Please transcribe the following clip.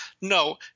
No